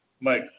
Mike